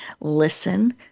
listen